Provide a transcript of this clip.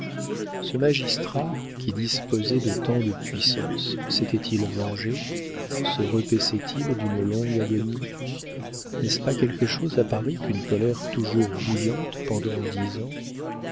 ce magistrat qui disposait de tant de puissance s'était-il vengé se repaissait il d'une longue agonie n'est-ce pas quelque chose à paris qu'une colère toujours bouillante pendant dix ans